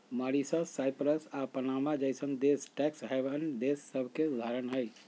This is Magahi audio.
मॉरीशस, साइप्रस आऽ पनामा जइसन्न देश टैक्स हैवन देश सभके उदाहरण हइ